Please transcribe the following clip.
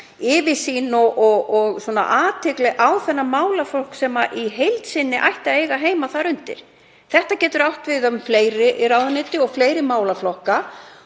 yfirsýn og athygli á þann málaflokk sem í heild sinni ætti að eiga heima þar undir. Þetta getur átt við um fleiri ráðuneyti og fleiri málaflokka.